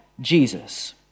Jesus